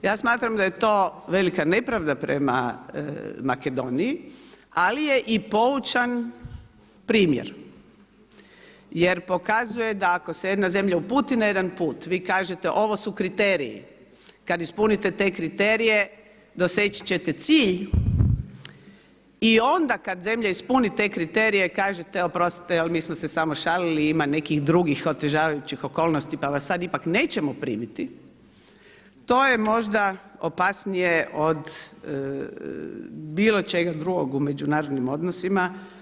Ja smatram da je to velika nepravda prema Makedoniji ali je i poučan primjer jer pokazuje da ako se jedna zemlja uputi na jedan put, vi kažete ovo su kriteriji, kada ispunite te kriterije doseći ćete cilj i onda kada zemlja ispuni te kriterije, kažete oprostiti ali mi smo se samo šalili ima nekih drugih otežavajući okolnosti pa vas sada ipak nećemo primiti, to je možda opasnije od bilo čega drugog u međunarodnim odnosima.